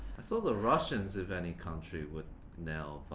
i thought the russians if any country would nail